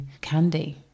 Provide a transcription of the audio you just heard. Candy